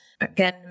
Again